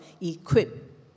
equip